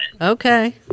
Okay